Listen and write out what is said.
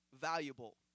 valuable